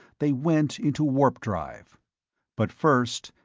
they went into warp-drive but first,